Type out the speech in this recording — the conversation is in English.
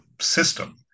system